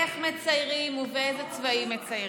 איך מציירים ובאילו צבעים מציירים.